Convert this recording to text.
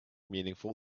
meaningful